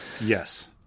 Yes